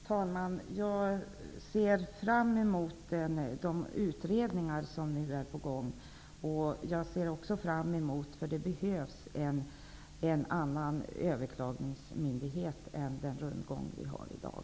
Herr talman! Jag ser fram emot de utredningar som nu är på gång. Det behövs en annan överklagningsmyndighet i stället för den rundgång vi har i dag.